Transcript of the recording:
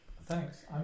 Thanks